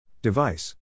Device